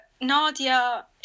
Nadia